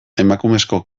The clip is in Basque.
emakumezko